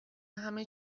همه